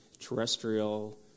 terrestrial